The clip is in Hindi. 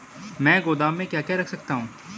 मैं गोदाम में क्या क्या रख सकता हूँ?